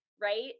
Right